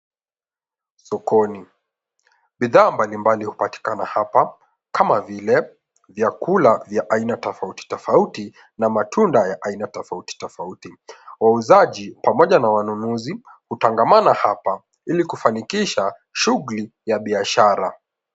Sokoni. Bidhaa mbalimbali hupatikana hapa kama vile vyakula vya aina tofauti tofauti na matunda ya aina tofauti tofauti. Wauzaji pamoja na wanunuzi hutangamana hapa ili kufanikisha shughuli ya biashara.